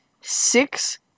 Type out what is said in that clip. six